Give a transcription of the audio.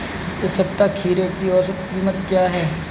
इस सप्ताह खीरे की औसत कीमत क्या है?